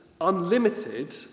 unlimited